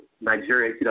Nigeria